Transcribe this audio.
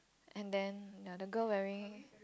and then ya the girl wearing